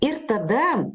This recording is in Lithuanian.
ir tada